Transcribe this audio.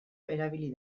erabili